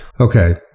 Okay